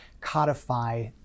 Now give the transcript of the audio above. codify